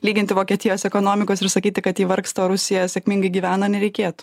lyginti vokietijos ekonomikos ir sakyti kad ji vargsta o rusija sėkmingai gyvena nereikėtų